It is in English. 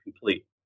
complete